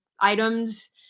items